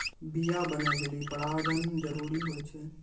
बीया बनै लेलि परागण जरूरी होय छै